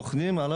בוחנים.